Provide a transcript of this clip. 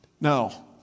No